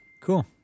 Cool